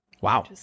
Wow